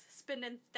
spending